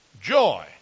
joy